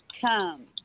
Come